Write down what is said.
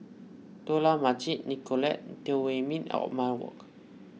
Dollah Majid Nicolette Teo Wei Min and Othman Wok